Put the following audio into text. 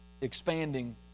expanding